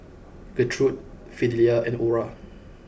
Gertrude Fidelia and Orah